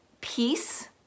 peace